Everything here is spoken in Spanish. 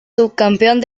subcampeón